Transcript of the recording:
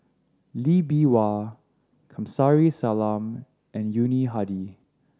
Lee Bee Wah Kamsari Salam and Yuni Hadi